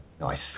Nice